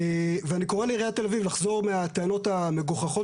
אני קורא לעיריית תל אביב לחזור מהטענות המגוחכות